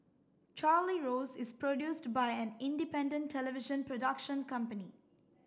Charlie Rose is produced by an independent television production company